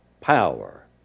Power